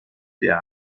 der